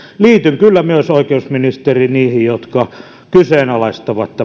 liityn kyllä myös oikeusministeri niihin jotka kyseenalaistavat